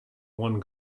one